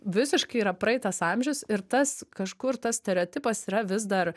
visiškai yra praeitas amžius ir tas kažkur tas stereotipas yra vis dar